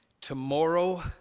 tomorrow